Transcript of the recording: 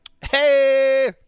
Hey